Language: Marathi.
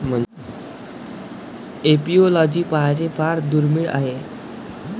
एपिओलॉजी पाहणे फार दुर्मिळ आहे